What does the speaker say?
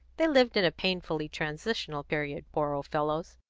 they lived in a painfully transitional period, poor old fellows!